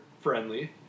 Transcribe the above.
friendly